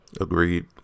Agreed